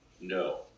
No